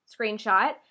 screenshot